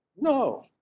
No